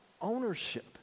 ownership